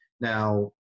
Now